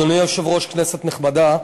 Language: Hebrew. אדוני היושב-ראש, כנסת נכבדה,